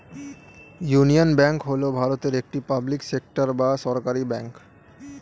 union Bank হল ভারতের একটি পাবলিক সেক্টর বা সরকারি ব্যাঙ্ক